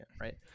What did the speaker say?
right